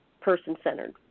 person-centered